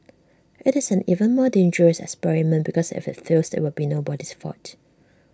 IT is an even more dangerous experiment because if IT fails IT will be nobody's fault